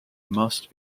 must